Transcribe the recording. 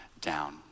down